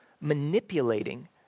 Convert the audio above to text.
manipulating